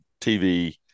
tv